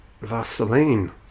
Vaseline